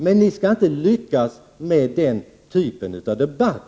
Men ni skall inte lyckas med den typen av debatt.